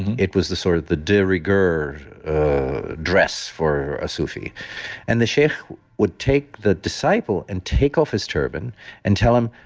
it was the sort of the de rigueur dress for a sufi and the sheikh would take the disciple and take off his turban and tell him,